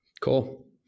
Cool